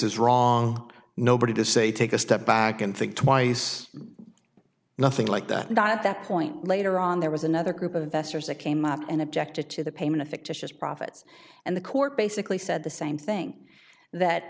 is wrong nobody to say take a step back and think twice nothing like that at that point later on there was another group of investors that came up and objected to the payment of fictitious profits and the court basically said the same thing that